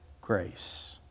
grace